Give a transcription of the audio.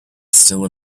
still